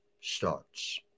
starts